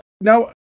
now